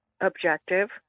objective